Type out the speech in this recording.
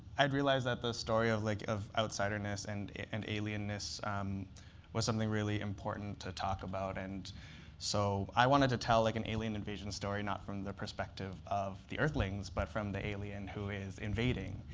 i had realized that the story of like of outsiderness and and alienness was something really important to talk about. and so i wanted to tell like an alien invasion story, not from the perspective of the earthlings, but from the alien who is invading,